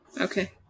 Okay